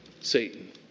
Satan